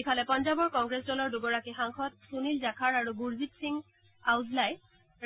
ইফালে পঞ্গাৱৰ কংগ্ৰেছ দলৰ দুগৰাকী সাংসদ সুনীল জাখাৰ আৰু গুৰজিৎ সিং আউজলাই